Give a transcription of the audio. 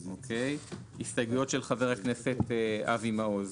הסתייגויות של חבר הכנסת אבי מעוז,